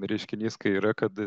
reiškinys kai yra kad